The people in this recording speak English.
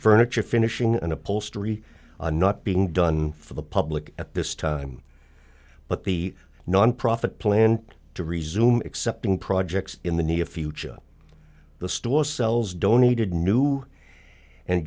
furniture finishing and upholstery not being done for the public at this time but the nonprofit planned to resume accepting projects in the near future the store sells donated new and